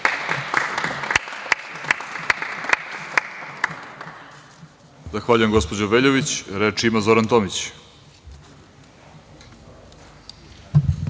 Zahvaljujem, gospođo Veljović. Reč ima Zoran